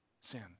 sin